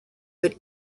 but